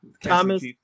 Thomas